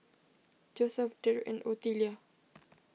Joeseph Derick and Otelia